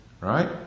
Right